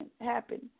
happen